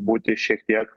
būti šiek tiek